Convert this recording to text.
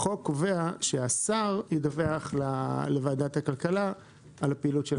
החוק קובע שהשר ידווח לוועדת הכלכלה על הפעילות של הקרן.